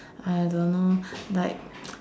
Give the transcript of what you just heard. I don't know like